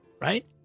Right